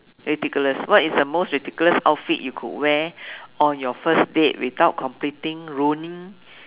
ridiculous what is the most ridiculous outfit you could wear on your first date without completing ruining